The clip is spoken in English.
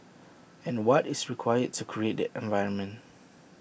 and what is required to create that environment